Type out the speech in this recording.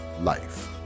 life